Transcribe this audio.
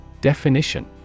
Definition